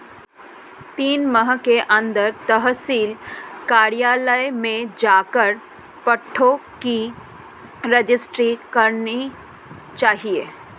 तीन माह के अंदर तहसील कार्यालय में जाकर पट्टों की रजिस्ट्री करानी चाहिए